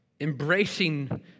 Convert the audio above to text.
embracing